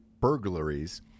burglaries